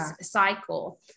cycle